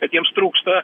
kad jiems trūksta